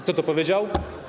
Kto to powiedział?